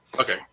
Okay